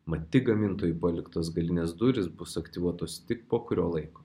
mat tik gamintojų paliktos galinės durys bus aktyvuotos tik po kurio laiko